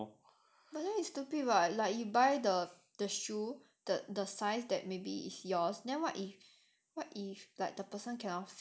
but then it's stupid [what] like you buy the the shoe the the size that maybe is yours then what if what if like the person cannot fit